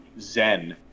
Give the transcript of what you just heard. zen